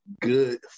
good